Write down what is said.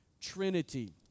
Trinity